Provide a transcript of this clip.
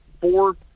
Four